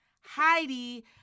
Heidi